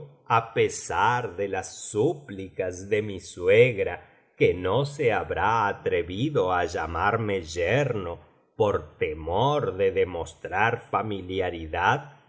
á pesar de las súplicas de mi suegra que no se habrá atrevido á llamarme yerno por temor de demostrar familiaridad